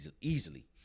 easily